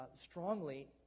strongly